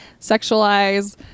sexualize